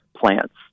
plants